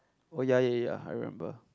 oh ya ya I remember